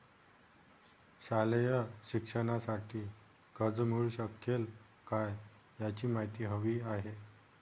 शालेय शिक्षणासाठी कर्ज मिळू शकेल काय? याची माहिती हवी आहे